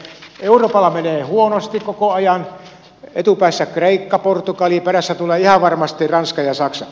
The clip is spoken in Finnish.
euroopalla menee huonosti koko ajan etupäässä kreikka portugali perässä tulee ihan varmasti ranska ja saksa